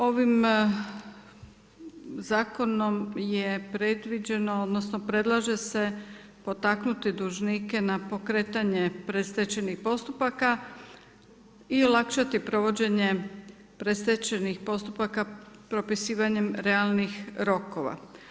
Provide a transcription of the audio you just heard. Ovim zakonom je predviđeno, odnosno predlaže se potaknuti dužnike na pokretanje predstečajnih postupaka i olakšati provođenje predstečajnih postupaka propisivanjem realnih rokova.